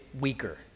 weaker